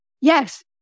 yes